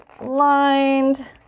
lined